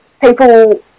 people